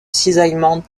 cisaillement